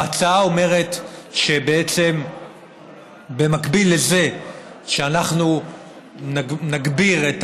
ההצעה אומרת שבמקביל לזה שאנחנו נגביר את